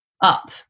up